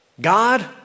God